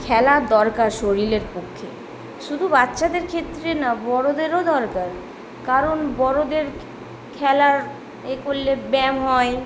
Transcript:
খেলার দরকার শরীরের পক্ষে শুধু বাচ্চাদের ক্ষেত্রে না বড়োদেরও দরকার কারণ বড়োদের খেলার এ করলে ব্যায়াম হয়